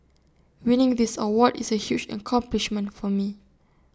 winning this award is A huge accomplishment for me